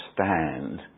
stand